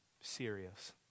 serious